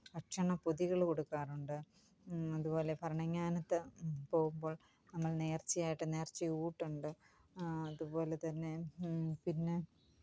ഭക്ഷണപ്പൊതികള് കൊടുക്കാറുണ്ട് അതുപോലെ ഭരണങ്ങാനത്ത് പോകുമ്പോള് നമ്മള് നേര്ച്ചയായിട്ട് നേര്ച്ചയൂട്ടുണ്ട് അതുപോലെതന്നെ പിന്നെ